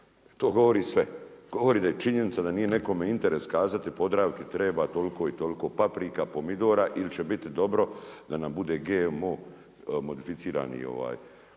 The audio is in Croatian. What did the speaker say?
To govori sve, govori da je činjenica da nije nekome interes kazati Podravki treba toliko i toliko paprika, pomidora ili će biti dobro da nam bude GMO modificirani